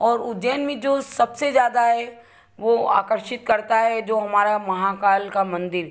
और उज्जैन में जो सबसे ज़्यादा है वह आकर्षित करता है जो हमारा महाकाल का मंदिर